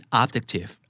objective